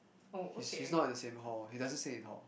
he's he's not in the same hall he doesn't stay in hall